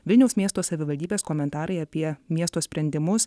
vilniaus miesto savivaldybės komentarai apie miesto sprendimus